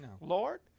Lord